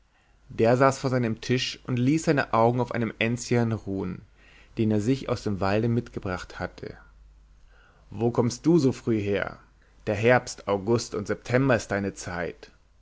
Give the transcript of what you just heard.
der saß vor seinem tisch und ließ seine augen auf einem enzian ruhen den er sich aus dem walde mitgebracht hatte wo kommst du so früh her der herbst august und september ist deine zeit